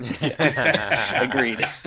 Agreed